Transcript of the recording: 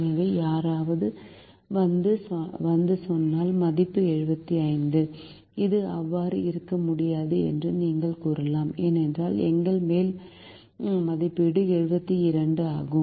எனவே யாராவது வந்து சொன்னால் மதிப்பு 75 அது அவ்வாறு இருக்க முடியாது என்று நீங்கள் கூறலாம் ஏனென்றால் எங்கள் மேல் மதிப்பீடு 72 ஆகும்